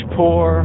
poor